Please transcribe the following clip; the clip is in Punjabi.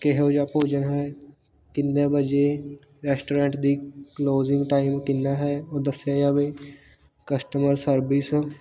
ਕਿਹੋ ਜਿਹਾ ਭੋਜਨ ਹੈ ਕਿੰਨੇ ਵਜੇ ਰੈਸਟੋਰੈਂਟ ਦੀ ਕਲੋਜਿੰਗ ਟਾਈਮ ਕਿੰਨਾਂ ਹੈ ਉਹ ਦੱਸਿਆ ਜਾਵੇ ਕਸਟਮਰ ਸਰਵਿਸ